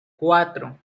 cuatro